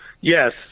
Yes